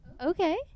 Okay